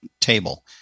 table